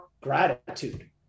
gratitude